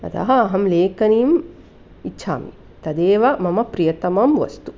अतः अहं लेखनीम् इच्छामि तदेव मम प्रियतमं वस्तुः